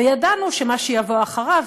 וידענו שמה שיבוא אחריו,